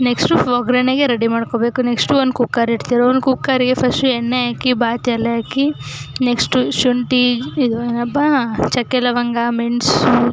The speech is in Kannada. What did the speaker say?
ನೆಕ್ಸ್ಟು ಒಗ್ಗರಣೆಗೆ ರೆಡಿ ಮಾಡ್ಕೊಳ್ಬೇಕು ನೆಕ್ಸ್ಟು ಒಂದು ಕುಕ್ಕರ್ ಇಡ್ತೀವಿ ಒಂದು ಕುಕ್ಕರಿಗೆ ಫಸ್ಟು ಎಣ್ಣೆ ಹಾಕಿ ಬಾತು ಎಲೆ ಹಾಕಿ ನೆಕ್ಸ್ಟು ಶುಂಠಿ ಇದು ಏನಪ್ಪಾ ಚಕ್ಕೆ ಲವಂಗ ಮೆಣಸು